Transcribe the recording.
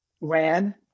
ran